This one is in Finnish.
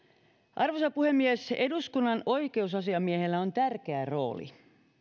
arvoisa puhemies eduskunnan oikeusasiamiehellä on tärkeä rooli